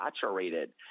saturated